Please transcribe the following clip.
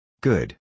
Good